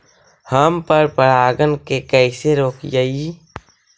हम पर परागण के कैसे रोकिअई?